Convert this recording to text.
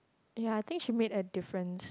ya I think she made a difference